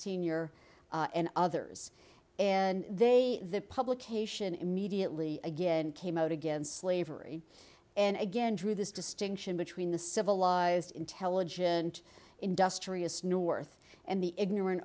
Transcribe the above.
sr and others and they the publication immediately again came out against slavery and again drew this distinction between the civilized intelligent industrious north and the ignorant